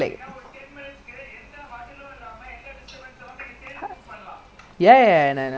the only good player in the team was the haikal and the second match I think you know haikal right with the white shirt